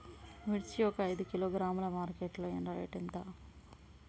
మిర్చి ఒక ఐదు కిలోగ్రాముల మార్కెట్ లో రేటు ఎంత?